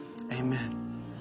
Amen